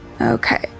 Okay